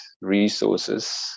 resources